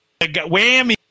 Whammy